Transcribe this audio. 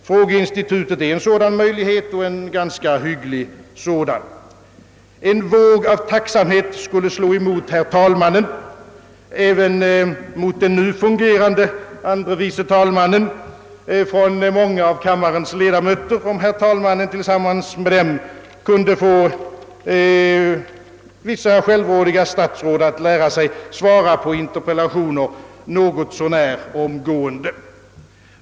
Frågeinstitutet är en sådan möjlighet och en ganska hygglig sådan. En våg av tacksamhet skulle slå emot herr talmannen, även mot den nu fungerande andre vice talmannen, från många av kammarens ledamöter, om herr talmannen tillsammans med dem kunde få vissa självrådiga statsråd att lära sig svara på interpellationer något så när omgående.